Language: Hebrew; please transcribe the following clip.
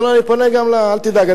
לא, לא, אני פונה, אל תדאג.